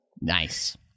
nice